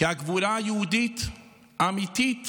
כי הגבורה היהודית האמיתית